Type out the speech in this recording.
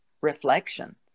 reflection